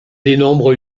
dénombre